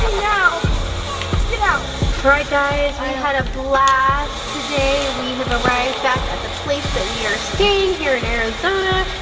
you know you know alright guys, we had a blast today, we have arrived back at the place that we are staying here in arizona,